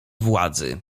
władzy